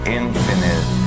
infinite